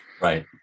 Right